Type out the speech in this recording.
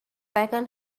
taken